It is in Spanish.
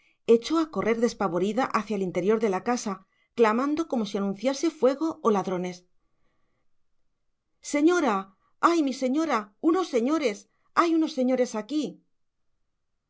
echó a correr despavorida hacia el interior de la casa clamando como si anunciase fuego o ladrones señora ay mi señora unos señores hay unos señores aquí